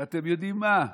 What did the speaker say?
ואתם יודעים מה,